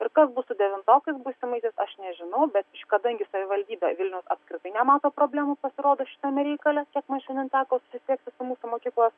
ir kas bus su devintokais būsimaisiais aš nežinau bet kadangi savivaldybė vilniaus apskritai nemato problemų pasirodo šitame reikale kiek man šiandien teko susisiekti su mūsų mokyklos